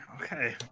Okay